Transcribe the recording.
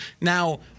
Now